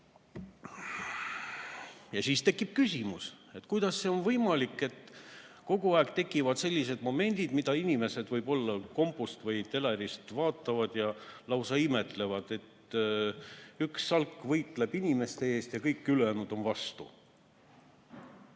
Siis tekib küsimus, kuidas on võimalik, et kogu aeg tekivad sellised momendid, mida inimesed võib-olla kompu[utri]st või telerist vaatavad ja lausa imetlevad. Üks salk võitleb inimeste eest ja kõik ülejäänud on vastu.